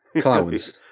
clouds